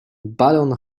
balon